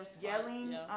yelling